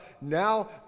Now